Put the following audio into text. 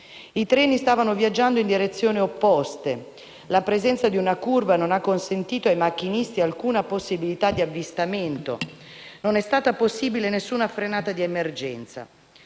I treni stavano viaggiando in direzioni opposte. La presenza di una curva non ha consentito ai macchinisti alcuna possibilità di avvistamento e non è stata possibile alcuna frenata di emergenza.